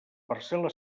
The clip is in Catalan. parcel·la